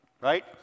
right